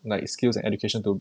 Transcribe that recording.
like skills and education to